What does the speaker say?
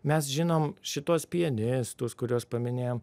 mes žinom šituos pianistus kuriuos paminėjom